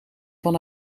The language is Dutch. van